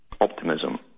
Optimism